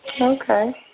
Okay